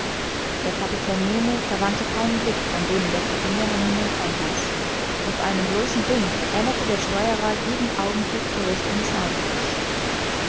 der kapitän nemo verwandte keinen blick von dem in der cabine hängenden kompaß auf einen bloßen wink änderte der steuerer jeden augenblick die richtung des